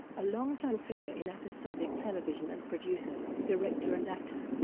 a longtime figure in episodic television as producer, director and actor.